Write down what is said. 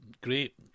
Great